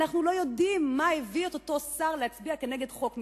אנחנו לא יודעים מה הביא את אותו שר להצביע כנגד חוק מסוים.